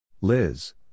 Liz